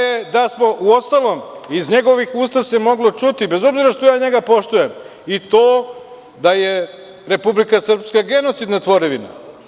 Uostalom, iz njegovih usta se moglo čuti, bez obzira što ja njega poštujem, i to da je Republika Srpska genocidna tvorevina.